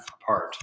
apart